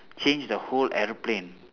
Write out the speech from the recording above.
change the whole aeroplane